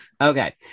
okay